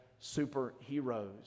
superheroes